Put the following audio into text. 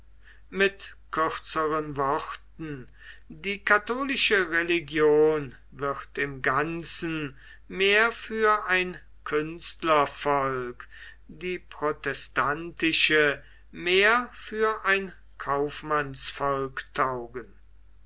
mit kürzern worten die katholische religion wird im ganzen mehr für ein künstlervolk die protestantische mehr für ein kaufmannsvolk taugen